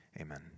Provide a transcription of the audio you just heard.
amen